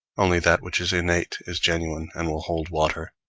only that which is innate is genuine and will hold water